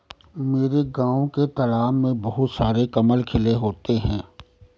मेरे गांव के तालाब में बहुत सारे कमल खिले होते हैं